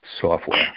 software